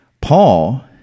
Paul